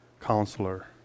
Counselor